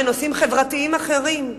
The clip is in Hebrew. בנושאים חברתיים אחרים,